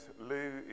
Lou